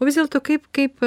o vis dėlto kaip kaip